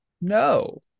no